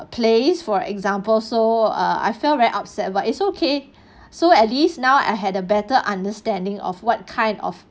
plays for example so uh I felt very upset but it's okay so at least now I had a better understanding of what kind of